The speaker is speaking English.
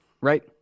right